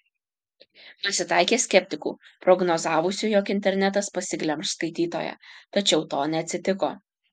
pasitaikė skeptikų prognozavusių jog internetas pasiglemš skaitytoją tačiau to neatsitiko